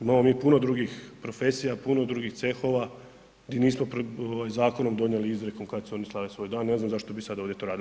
Imamo mi puno drugih profesija, puno drugih cehova gdje nismo ovaj zakonom donijeli izrijekom kad su oni slave svoj dan, ne znam zašto bi sad to ovdje radili.